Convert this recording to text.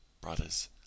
brothers